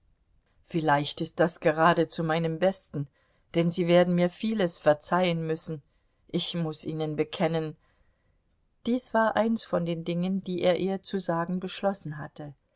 vielleicht ist das gerade zu meinem besten denn sie werden mir vieles verzeihen müssen ich muß ihnen bekennen dies war eins von den dingen die er ihr zu sagen beschlossen hatte